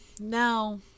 Now